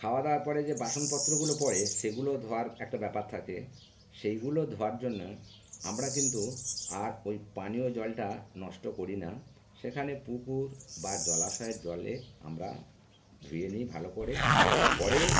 খাওয়া দাওয়ার পরে যে বাসনপত্রগুলো পড়ে সেগুলো ধোয়ার একটা ব্যাপার থাকে সেইগুলো ধোয়ার জন্যে আমরা কিন্তু আর ওই পানীয় জলটা নষ্ট করি না সেখানে পুকুর বা জলাশয়ের জলে আমরা ধুয়ে নিই ভালো করে পরে